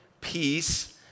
peace